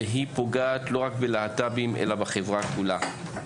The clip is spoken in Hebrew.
והיא פוגעת לא רק בלהט"בים, אלא בחברה כולה.